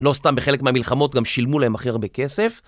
לא סתם בחלק מהמלחמות גם שילמו להם הכי הרבה כסף.